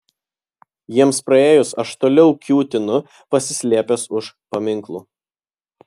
jiems praėjus aš toliau kiūtinu pasislėpęs už paminklų